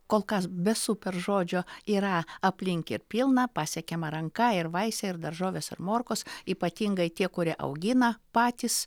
kol kas be super žodžio yra aplink ir pilna pasiekiama ranka ir vaisiai ir daržovės ir morkos ypatingai tie kurie augina patys